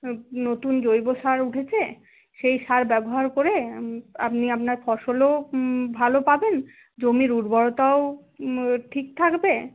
নতুন জৈব সার উঠেছে সেই সার ব্যবহার করে আপনি আপনার ফসলও ভালো পাবেন জমির উর্বরতাও ঠিক থাকবে